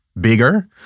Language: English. bigger